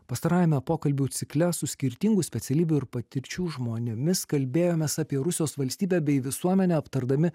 pastarajame pokalbių cikle su skirtingų specialybių ir patirčių žmonėmis kalbėjomės apie rusijos valstybę bei visuomenę aptardami